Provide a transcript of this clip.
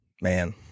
Man